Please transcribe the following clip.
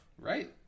Right